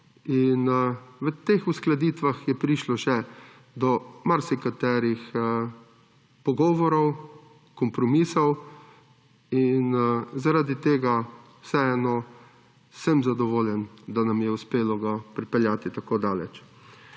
in v teh uskladitvah je prišlo še do marsikaterih pogovorov, kompromisov in zaradi tega sem vseeno zadovoljen, da nam je uspelo ga pripeljati tako daleč.